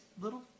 little